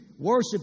Worship